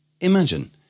Imagine